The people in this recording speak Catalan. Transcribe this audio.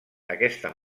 aquesta